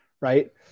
right